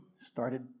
started